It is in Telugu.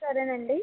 సరేనండి